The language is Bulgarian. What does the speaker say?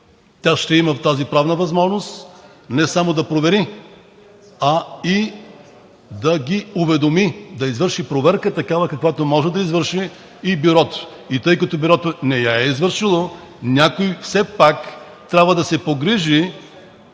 Тя ще има тази правна възможност не само да провери, а и да ги уведоми, да извърши проверка такава, каквато може да извърши и Бюрото. И тъй като Бюрото не я е извършило някой все пак трябва да се погрижи